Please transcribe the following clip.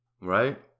right